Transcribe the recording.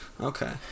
Okay